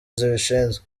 zibishinzwe